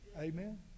Amen